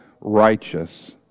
righteous